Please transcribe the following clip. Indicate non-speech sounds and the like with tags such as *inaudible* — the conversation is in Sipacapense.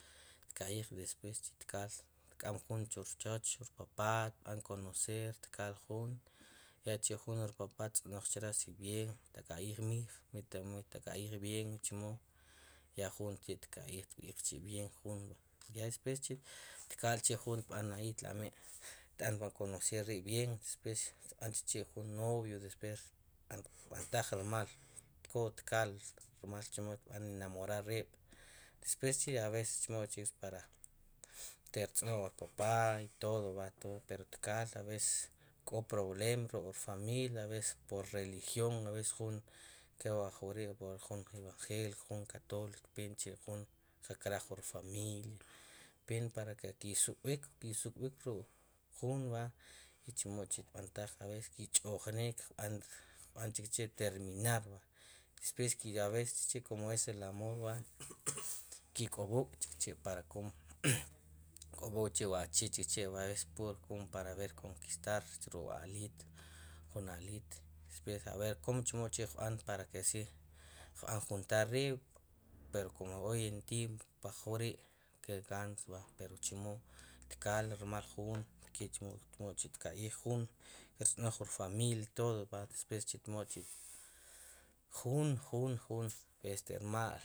Tka'yij despues tkaal xtk'an juun chu rchooch chu rpapá b'an conocer tkaal juun yak'chi' jun wu rpapá xttz'noj chre si b'ieen taka'yiij miij mi taka'yiij b'ien chumo ya jun chi'xtka'yij xtb'iij chi bien juun ya despues chi'tkaal jun xtbán ahi tla'wi' xtb'an conocer riib'bien despues xtb'an chikchi jun novio xtb'antaj rmal k tkaal rmal chemo xtb'an enamorar riib' despues chi' hab'er chemo xti' rtz'noj wur papá i todo va y todo tikaal ab'es k'o rproblema ruk' wu rfamilia ab'es por religión ab'es jun wre'jun evangelico jun catoliko peen chi juun qakraaj wur familia peen para ke ki'suk'b'ik, ki'suk'b'ik ruk'juun b'a i chemo k'chi'xtb'antaj a b'es ki'ch'ojnik ruk'juun b'a qb'an chikchi'terminar i naada i despues i ab'ess chikchi' kom es el amor va *noise* ki'k'ob'ok chikchi para kom *noise* kk'ob'ook chikchi' wu achii para b'er komo konquistar ruk'wu aliit jun aliit despues ab'er kom chemo chi'qb'an para ke si xtiq b'an juntar riib' pero komo hoy en día poj wrii' kere qaan verdad tkaal rmal juun kek'chi'chemo xtka'yij jun kirtz'noj jun rfamilia todo va i despues jun junjun xti'rma'l